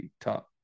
top